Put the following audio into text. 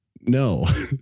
no